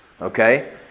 okay